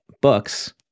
books